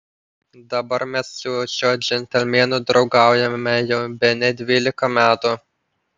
dabar mes su šiuo džentelmenu draugaujame jau bene dvylika metų